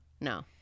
No